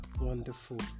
wonderful